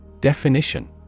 Definition